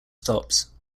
stops